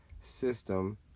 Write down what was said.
system